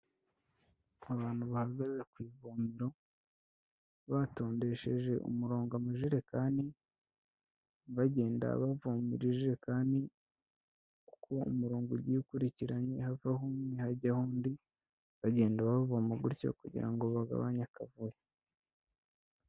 Abantu bahagaze ku ivomero batondesheje umurongo amajerekani. Bagenda bavomera ijerekani kuko umurongo ugiye ukurikiranye. Havaho umwe hajyaho undi, bagenda bavoma gutyo kugira ngo bagabanye akavuyo.